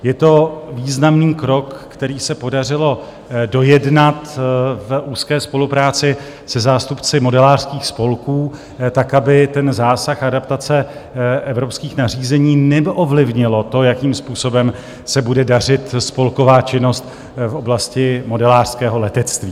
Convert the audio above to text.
Je to významný krok, který se podařilo dojednat v úzké spolupráci se zástupci modelářských spolků tak, aby zásah adaptace evropských nařízení neovlivnil to, jakým způsobem se bude dařit spolková činnost v oblasti modelářského letectví.